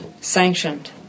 sanctioned